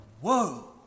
whoa